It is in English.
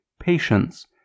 patience